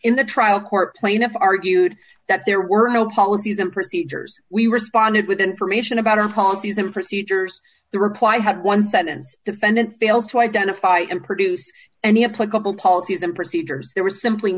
in the trial court plaintiff argued that there were no policies and procedures we responded with information about our policies and procedures the reply had once been defendant failed to identify and produce any applicable policies and procedures it was simply